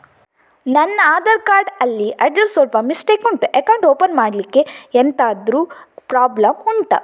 ನನ್ನ ಆಧಾರ್ ಕಾರ್ಡ್ ಅಲ್ಲಿ ಅಡ್ರೆಸ್ ಸ್ವಲ್ಪ ಮಿಸ್ಟೇಕ್ ಉಂಟು ಅಕೌಂಟ್ ಓಪನ್ ಮಾಡ್ಲಿಕ್ಕೆ ಎಂತಾದ್ರು ಪ್ರಾಬ್ಲಮ್ ಉಂಟಾ